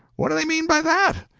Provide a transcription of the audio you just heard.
what do they mean by that?